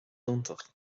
iontach